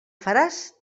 faràs